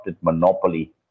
monopoly